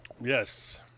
Yes